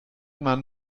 man